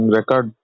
Record